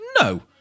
no